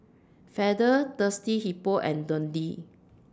Feather Thirsty Hippo and Dundee